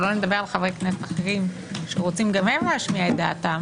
שלא לדבר על חברי כנסת שרוצים גם הם להשמיע דעתם